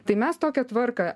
tai mes tokią tvarką